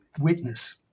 witness